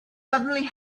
suddenly